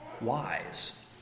wise